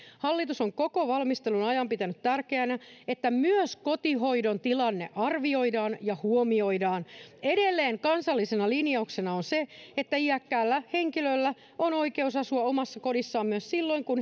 hallitus on koko valmistelun ajan pitänyt tärkeänä että myös kotihoidon tilanne arvioidaan ja huomioidaan edelleen kansallisena linjauksena on se että iäkkäällä henkilöllä on oikeus asua omassa kodissaan myös silloin kun